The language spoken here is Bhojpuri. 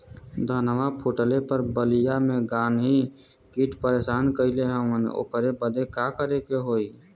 धनवा फूटले पर बलिया में गान्ही कीट परेशान कइले हवन ओकरे बदे का करे होई?